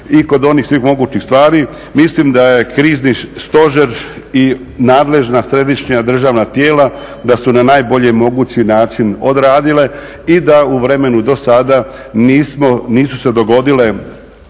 i kod onih svih mogućih stvari, mislim da je krizni stožer i nadležna središnja državna tijela, da su na najbolji mogući način odradile i da u vremenu do sada nisu se dogodile